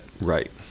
right